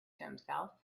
himself